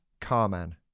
Carman